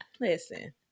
Listen